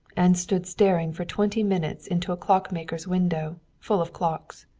and stood staring for twenty minutes into a clock maker's window, full of clocks.